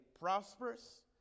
prosperous